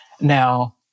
Now